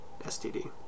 STD